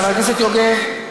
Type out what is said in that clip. חבר הכנסת יוגב,